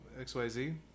XYZ